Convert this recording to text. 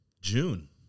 June